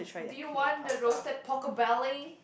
do you want the roasted pork belly